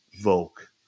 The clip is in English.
Volk